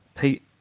Pete